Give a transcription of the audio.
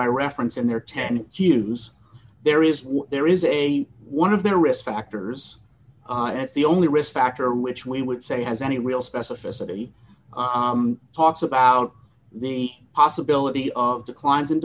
by reference in their ten q s there is there is a one of their risk factors and it's the only risk factor which we would say has any real specificity talks about the possibility of declines in